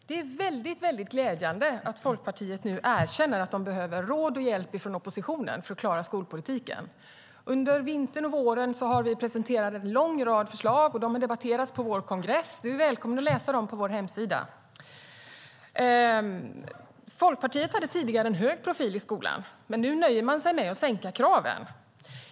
Herr talman! Det är väldigt glädjande att Folkpartiet nu erkänner att de behöver råd och hjälp från oppositionen för att klara skolpolitiken. Under vintern och våren har vi presenterat en lång rad förslag. De har debatterats på vår kongress. Du är välkommen att läsa dem på vår hemsida. Folkpartiet hade tidigare en hög profil i skolan. Men nu nöjer man sig med att sänka kraven.